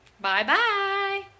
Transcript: Bye-bye